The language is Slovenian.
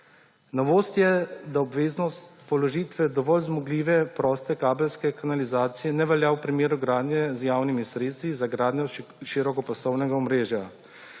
Novost je, da obveznost položitve dovolj zmogljive proste kabelske kanalizacije ne velja v primeru gradnje z javnimi sredstvi za gradnjo širokopasovnega omrežja.